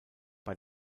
bei